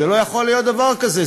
לא יכול להיות דבר כזה.